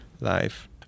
life